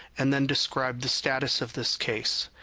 and then describe the status of this case.